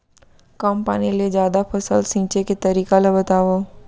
कम पानी ले जादा फसल सींचे के तरीका ला बतावव?